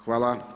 Hvala.